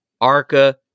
Arca